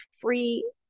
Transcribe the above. free